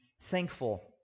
thankful